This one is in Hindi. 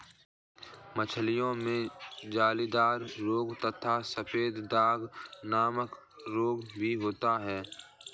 मछलियों में जलोदर रोग तथा सफेद दाग नामक रोग भी होता है